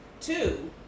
Two